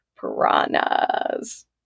piranhas